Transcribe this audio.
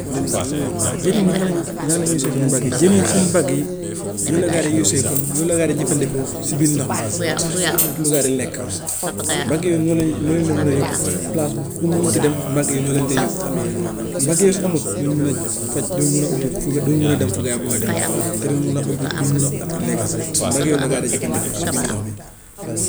Waaw jën yi naka lañuy naka lañuy use seen mbagg yi jën yi seen mbagg yi yooyu la gaa yi di use comme yooyu la gaa yi di jëfandikoo si bir ndox mi pour ut lu gaa yi di lekk. Mbagg yooyu noonu lañuy noonu la leen mën a yóbbu fu place fu mu mun ti dem mbagg yooyu ñoo lee dee yóbbu. Mbagg yooyu su amut du ñu mun a faj du ñu mun a uti du ñu mun a dem fu gaa yi bugg a dem te duñ mun a uti duñ mun a ut lekka mbagg yooyu la gaa yi di jëfandikoo si biir ndox bi.